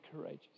courageous